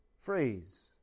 phrase